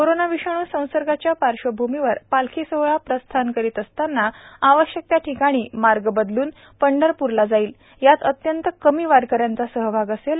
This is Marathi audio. कोरोना विषाणू संसर्गाच्या पार्श्वभूमीवर पालखी सोहळा प्रस्थान करीत असताना आवश्यक त्या ठिकाणी मार्ग बदलून पंढरपूरला जाईल यात अंत्यत कमी वारकऱ्यांचा सहभाग असेल